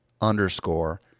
underscore